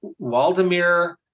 Waldemir